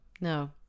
no